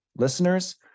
Listeners